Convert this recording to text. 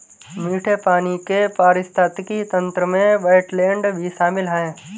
मीठे पानी के पारिस्थितिक तंत्र में वेट्लैन्ड भी शामिल है